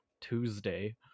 Tuesday